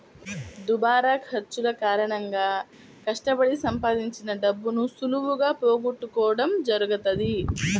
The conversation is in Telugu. దుబారా ఖర్చుల కారణంగా కష్టపడి సంపాదించిన డబ్బును సులువుగా పోగొట్టుకోడం జరుగుతది